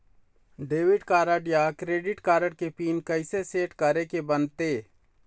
Debit card या credit card के PIN कइसे सेट करे के बनते?